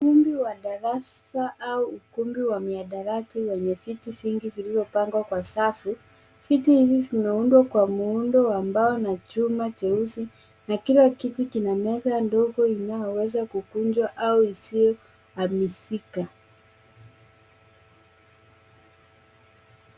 Ukumbi wa darasa au ukumbi wa mihadarati wenye viti vingi vilivyopangwa kwa safu. Viti hivi vimeundwa kwa muundo wa mbao na chuma cheusi na kila kitu kina meza ndogo inayoweza kukunjwa au isiyohamisika.